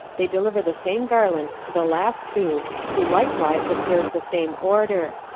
they deliuer the same garland to the last two who likewise obserue the same order.